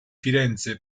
firenze